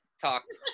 talked